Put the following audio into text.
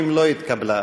50 לא התקבלה.